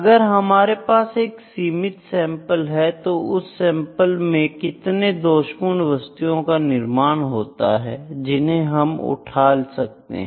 अगर हमारे पास एक सीमित सैंपल है तो उस सैंपल में कितने दोषपूर्ण वस्तुओं का निर्माण होता है जिन्हें हम उठा सकते हैं